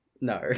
No